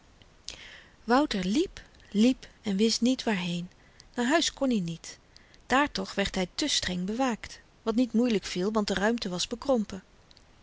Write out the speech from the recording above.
wouter liep liep en wist niet waarheen naar huis kon i niet daar toch werd hy te streng bewaakt wat niet moeielyk viel want de ruimte was bekrompen